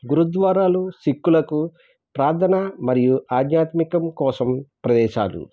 గురుద్వారాలు సిక్కులకు ప్రార్ధన మరియు ఆధ్యాత్మికత కోసం ప్రదేశాలు